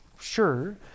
Sure